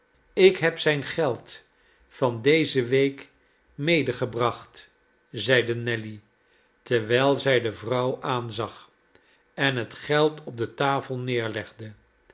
ik heb zijn geld van deze week medegebracht zeide nelly terwijl zij de vrouw aanzag en het geld op de tafel nederlegde